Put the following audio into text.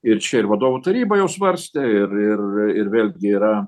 ir čia ir vadovų taryba jau svarstė ir ir ir vėlgi yra